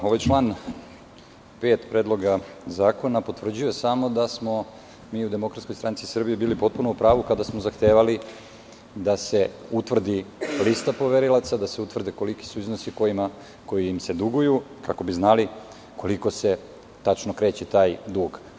Ovaj član 5. Predloga zakona potvrđuje da smo mi u DSS bili potpuno u pravu kada smo zahtevali da se utvrdi lista poverilaca, da se utvrdi koliki su iznosi koji se duguju da bi znali koliko se kreće taj dug.